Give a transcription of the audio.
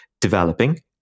developing